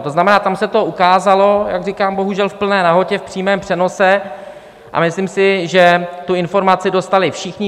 To znamená, tam se to ukázalo, jak říkám, bohužel v plné nahotě v přímém přenosu, a myslím si, že tu informaci dostali všichni.